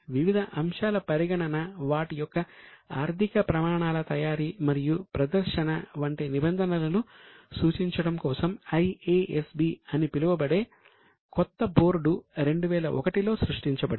వివిధ అంశాల పరిగణన వాటి యొక్క ఆర్ధిక ప్రమాణాల తయారీ మరియు ప్రదర్శన వంటి నిబంధనలు సూచించడం కోసం IASB అని పిలువబడే కొత్త బోర్డు 2001 లో సృష్టించబడింది